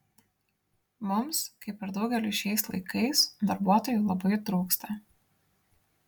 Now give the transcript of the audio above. mums kaip ir daugeliui šiais laikais darbuotojų labai trūksta